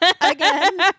again